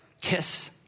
kiss